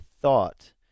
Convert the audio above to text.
thought